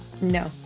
No